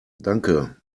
danke